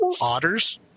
otters